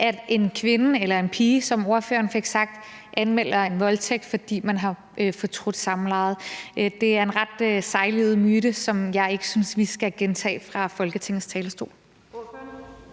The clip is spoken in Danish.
at en kvinde eller en pige, som ordføreren fik sagt, anmelder en voldtægt, fordi man har fortrudt samlejet. Det er en ret sejlivet myte, som jeg ikke synes vi skal gentage fra Folketingets talerstol.